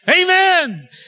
Amen